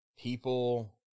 People